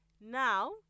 Now